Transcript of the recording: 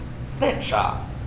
snapshot